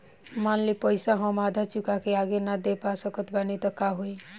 मान ली पईसा हम आधा चुका के आगे न दे पा सकत बानी त का होई?